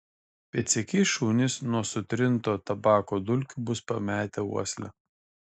pėdsekiai šunys nuo sutrinto tabako dulkių bus pametę uoslę